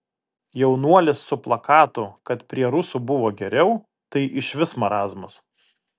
jaunuolis su plakatu kad prie rusų buvo geriau tai išvis marazmas